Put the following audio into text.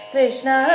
Krishna